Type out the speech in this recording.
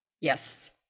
Yes